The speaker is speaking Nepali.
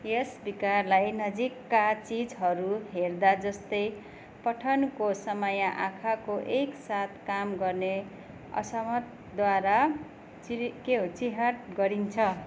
यस विकारलाई नजिकका चिजहरू हेर्दा जस्तै पठनको समय आँखाको एक साथ काम गर्ने असमर्थद्वारा चिरी के हो चिहात गरिन्छ